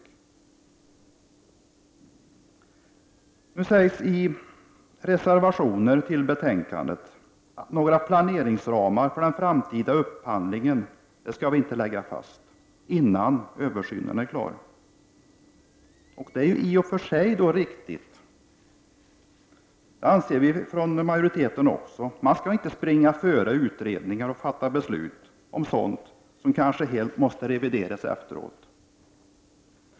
I de reservationer som har fogats till betänkandet sägs det att några planeringsramar för den framtida upphandlingen inte skall läggas fast innan översynen är klar. Det är i och för sig riktigt, det anser även vi från majoriteten. Man skall inte föregå utredningar och fatta beslut om sådant som sedan kanske måste revideras helt.